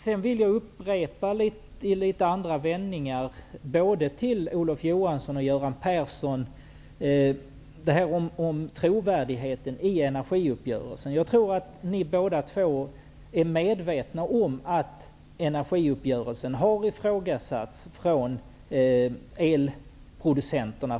Till Olof Johansson och Göran Persson vill jag säga något om trovärdigheten i energiuppgörelsen. Jag tror att ni båda två är medvetna om att energiuppgörelsen har ifrågasatts, framför allt av elproducenterna.